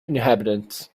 inhabitants